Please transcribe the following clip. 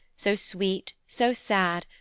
so sweet, so sad,